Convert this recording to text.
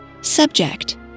Subject